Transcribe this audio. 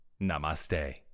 Namaste